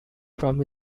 from